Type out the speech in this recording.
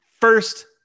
first